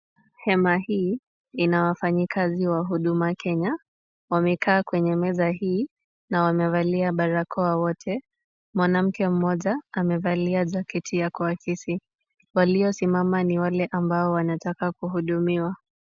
Hema hii ina wafanyikazi wa huduma Kenya. Wamekaa kwenye mezza hii na wamevalia barakoa wote. Mwanamke mmoja amevalia jaketi ya kuakisi. Waliosimama ni wale ambao wanataka kuhudumiwa.